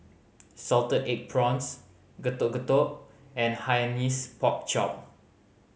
salted egg prawns Getuk Getuk and Hainanese Pork Chop